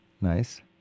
Nice